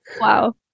Wow